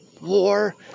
war